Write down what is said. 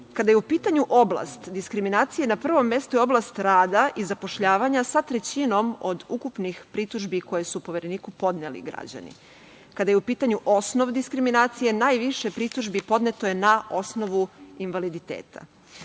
je u pitanju oblast diskriminacije, na prvom mestu je oblast rada i zapošljavanja sa trećinom od ukupnih pritužbi koje su Povereniku podneli građani. Kada je u pitanju osnov diskriminacije najviše pritužbi podneto je na osnovu invaliditeta. Osobe